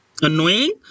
annoying